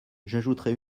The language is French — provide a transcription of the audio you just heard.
j’ajouterai